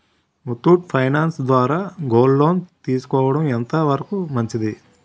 Muthoot finance ద్వారా gold loan తీసుకోవడం ఎంత వరకు మంచిది?